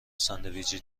ساندویچی